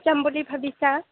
ক'ত যাম বুলি ভাবিছা